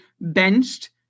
benched